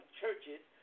churches